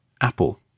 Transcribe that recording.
Apple